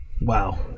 Wow